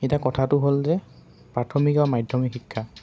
এতিয়া কথাটো হ'ল যে প্ৰাথমিক আৰু মাধ্যমিক শিক্ষা